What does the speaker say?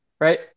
right